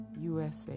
USA